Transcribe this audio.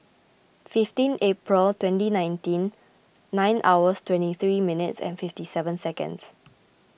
fifteen April twenty nineteen nine hours twenty three minutes and fifty seven seconds